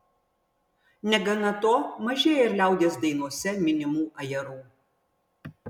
negana to mažėja ir liaudies dainose minimų ajerų